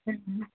হুম হুম